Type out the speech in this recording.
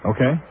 Okay